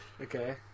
okay